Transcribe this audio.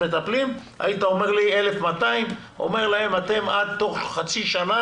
7 בדצמבר 2020. אני מתכבד לפתוח את ישיבת ועדת העבודה,